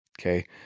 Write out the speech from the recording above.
Okay